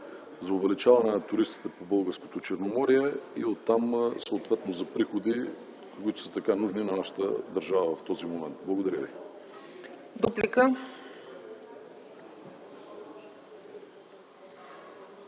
за увеличаване на туристите по българското Черноморие и оттам съответно за приходи, които са така нужни на нашата държава в този момент. Благодаря Ви.